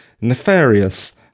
nefarious